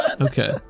Okay